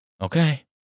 Okay